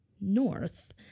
North